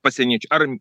pasieniečiai ar